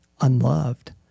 unloved